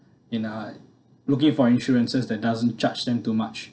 in uh looking for insurances that doesn't charge them too much